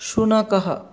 शुनकः